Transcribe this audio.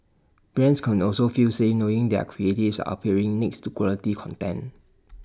brands can also feel safe knowing their creatives are appearing next to quality content